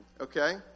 okay